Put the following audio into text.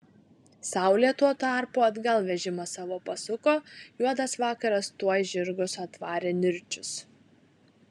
saulė tuo tarpu atgal vežimą savo pasuko juodas vakaras tuoj žirgus atvarė nirčius